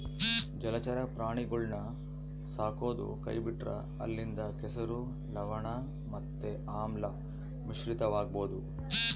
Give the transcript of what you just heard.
ಜಲಚರ ಪ್ರಾಣಿಗುಳ್ನ ಸಾಕದೊ ಕೈಬಿಟ್ರ ಅಲ್ಲಿಂದ ಕೆಸರು, ಲವಣ ಮತ್ತೆ ಆಮ್ಲ ಮಿಶ್ರಿತವಾಗಬೊದು